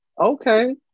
Okay